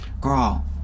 girl